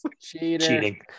Cheating